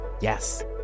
Yes